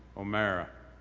o'mara,